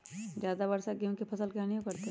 ज्यादा वर्षा गेंहू के फसल के हानियों करतै?